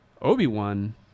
Obi-Wan